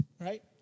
right